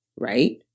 Right